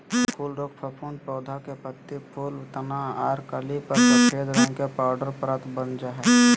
फूल रोग फफूंद पौधा के पत्ती, फूल, तना आर कली पर सफेद रंग के पाउडर परत वन जा हई